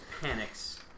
panics